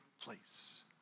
place